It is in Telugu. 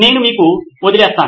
నేను మీకు వదిలేస్తాను